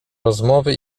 rozmowy